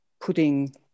putting